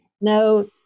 No